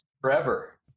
forever